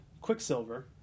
Quicksilver